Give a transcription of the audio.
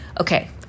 okay